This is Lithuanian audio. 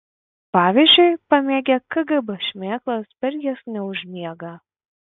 pavyzdžiui pamėgę kgb šmėklas per jas neužmiega